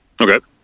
Okay